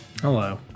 Hello